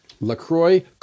LaCroix